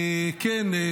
כן,